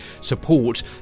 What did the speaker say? support